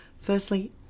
firstly